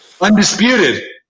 Undisputed